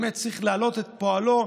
שצריך להעלות את פועלו,